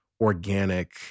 organic